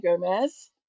gomez